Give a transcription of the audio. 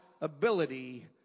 ability